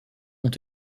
ont